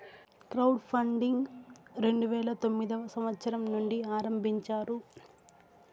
crowd funding రెండు వేల తొమ్మిదవ సంవచ్చరం నుండి ఆరంభించారు